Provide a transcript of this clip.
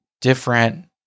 different